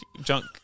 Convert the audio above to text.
junk